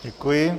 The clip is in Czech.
Děkuji.